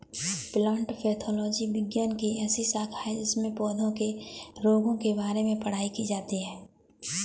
plant pathology विज्ञान की ऐसी शाखा है जिसमें पौधों के रोगों के बारे में पढ़ाई की जाती है